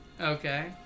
Okay